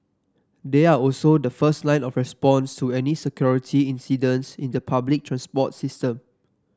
they are also the first line of response to any security incidents in the public transport system